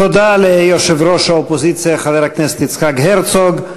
תודה ליושב-ראש האופוזיציה חבר הכנסת יצחק הרצוג.